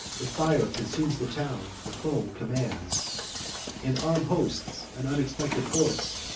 the fire consumes the town, the foe commands and armed hosts, an unexpected force,